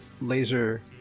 laser